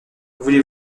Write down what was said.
voulez